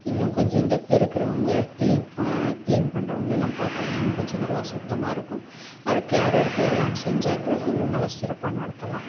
இன்னும் கொஞ்சம் இந்த பெருக்கிறவங்க கிளீன் கிளீன் பண்ணுறவங்களல்லாம் போட்டால் இன்னும் கொஞ்சம் நல்லா சுத்தமாக இருக்கும் அது கேர் எடுத்து எல்லாம் செஞ்சாக்கா இன்னும் நல்லா சிறப்பாக நடத்தலாம்